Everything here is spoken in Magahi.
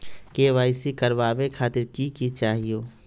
के.वाई.सी करवावे खातीर कि कि चाहियो?